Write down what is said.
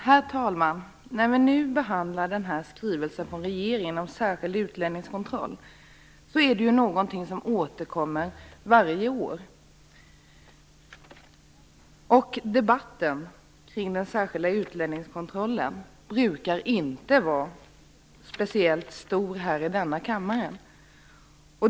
Herr talman! När vi nu behandlar denna skrivelse från regeringen om särskild utlänningskontroll är detta någonting som återkommer varje år. Debatten kring den särskilda utlänningskontrollen brukar inte vara speciellt stor i denna kammare.